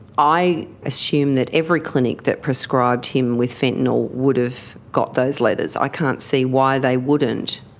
i assume that every clinic that prescribed him with fentanyl would have got those letters. i can't see why they wouldn't.